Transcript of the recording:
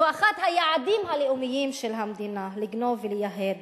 זה אחד היעדים הלאומיים של המדינה, לגנוב ולייהד.